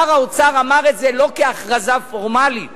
שר האוצר אמר את זה לא כהכרזה פורמלית